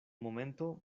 momento